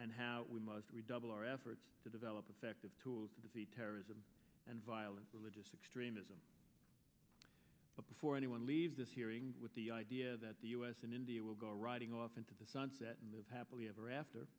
and how we must redouble our efforts to develop effective tool to defeat terrorism and violence religious extremism but before anyone leave this hearing with the idea that the u s and india will go riding off into the sunset and live happily ever after